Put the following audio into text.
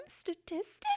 statistics